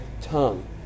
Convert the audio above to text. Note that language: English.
tongue